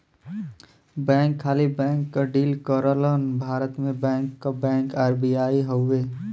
bank खाली bank क deal करलन भारत में बैंक क बैंक आर.बी.आई हउवे